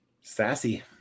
sassy